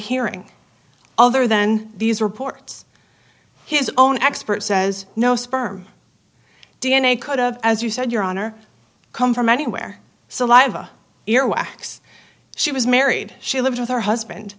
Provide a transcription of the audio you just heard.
hearing other than these reports his own expert says no sperm d n a could of as you said your honor come from anywhere saliva earwax she was married she lived with her husband